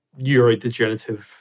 neurodegenerative